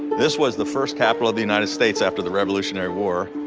this was the first capitol of the united states after the revolutionary war.